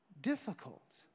difficult